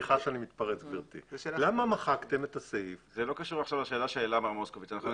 זה לא קשור לשאלה שהעלה מר מוסקוביץ.